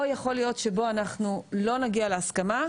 או יכול להיות שבו אנחנו לא נגיע להסכמה,